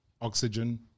oxygen